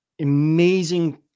amazing